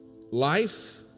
life